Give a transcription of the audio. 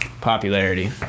popularity